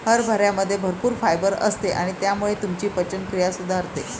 हरभऱ्यामध्ये भरपूर फायबर असते आणि त्यामुळे तुमची पचनक्रिया सुधारते